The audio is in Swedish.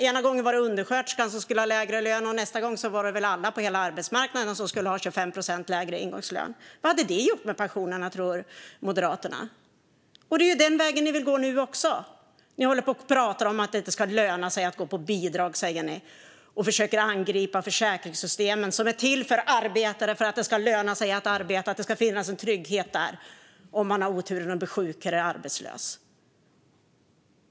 Ena gången skulle undersköterskan ha lägre lön, och nästa gång skulle väl alla på hela arbetsmarknaden ha 25 procent lägre ingångslön. Vad tror Moderaterna att det hade gjort med pensionerna? Denna väg vill ni gå nu med. Ni pratar om att det inte ska löna sig att gå på bidrag och försöker angripa försäkringssystemen, som är till för arbetare och för att det ska löna sig att arbeta och för att det ska finnas en trygghet om man har oturen att bli sjuk eller arbetslös.